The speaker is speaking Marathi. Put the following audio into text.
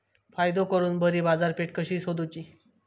फायदो करून बरी बाजारपेठ कशी सोदुची?